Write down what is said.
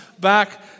back